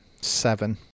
seven